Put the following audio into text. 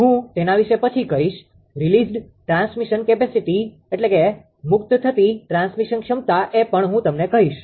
હું તેના વિશે પછી કહીશ રીલીઝ્ડ ટ્રાન્સમિશન કેપેસીટીreleased transmission capacity મુક્ત થતી ટ્રાન્સમિશન ક્ષમતા એ પણ હું તમને કહીશ